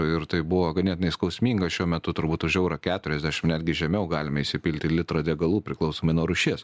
ir tai buvo ganėtinai skausminga šiuo metu turbūt už eurą keturiasdešimt netgi žemiau galime įsipilti litrą degalų priklausomai nuo rūšies